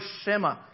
Shema